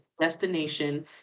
destination